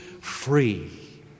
free